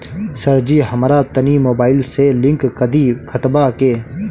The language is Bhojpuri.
सरजी हमरा तनी मोबाइल से लिंक कदी खतबा के